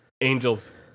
angels